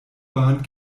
bahn